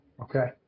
okay